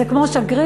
זה כמו שגריר?